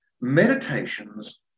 Meditations